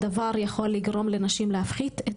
הדבר יכול לגרום לנשים להפחית את